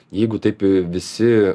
jeigu taip visi